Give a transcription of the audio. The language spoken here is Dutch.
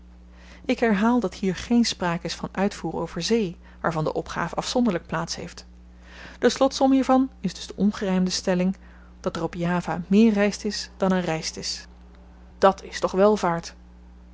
ik herhaal dat hier geen spraak is van uitvoer over zee waarvan de opgaaf afzonderlyk plaats heeft de slotsom hiervan is dus de ongerymde stelling dat er op java meer ryst is dan er ryst is dàt is toch welvaart